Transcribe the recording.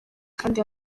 kandi